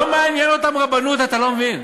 לא מעניין אותם רבנות, אתה לא מבין?